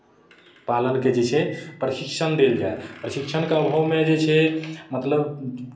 पालनके जे छै प्रशिक्षण देल जाय प्रशिक्षणके अभावमे जे छै मतलब